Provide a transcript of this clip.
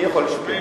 מי יכול לשקם?